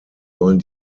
sollen